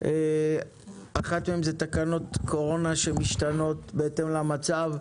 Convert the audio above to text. אחת מהסוגיות זה תקנות קורונה שמשתנות בהתאם למצב,